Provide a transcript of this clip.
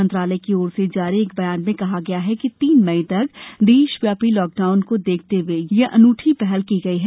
मंत्रालय की ओर से जारी एक बयान में आज कहा गया कि तीन मई तक देशव्यापी लॉकडाउन को देखते हए ये अनुठी पहल की गई है